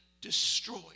destroyed